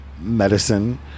medicine